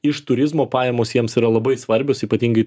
iš turizmo pajamos jiems yra labai svarbios ypatingai